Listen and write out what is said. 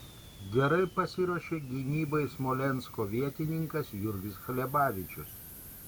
gerai pasiruošė gynybai smolensko vietininkas jurgis hlebavičius